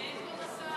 (תיקון מס'